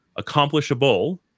accomplishable